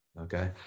Okay